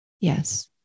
Yes